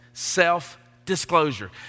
self-disclosure